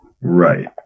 Right